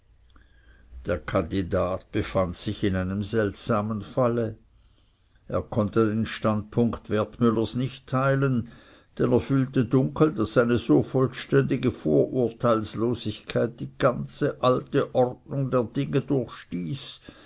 der kandidat befand sich in einem seltsamen falle er konnte den standpunkt wertmüllers nicht teilen denn er fühlte dunkel daß eine so vollständige vorurteilslosigkeit die ganze alte ordnung der dinge durchstieß